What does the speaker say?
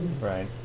Right